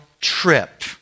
trip